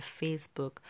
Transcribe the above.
Facebook